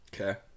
Okay